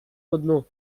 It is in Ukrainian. одну